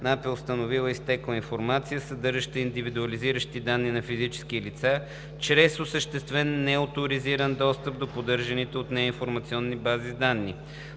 НАП е установила изтекла информация, съдържаща индивидуализиращи данни на физически лица чрез осъществен неоторизиран достъп до поддържаните от нея информационни бази с данни.